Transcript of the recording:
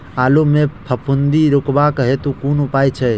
आलु मे फफूंदी रुकबाक हेतु कुन उपाय छै?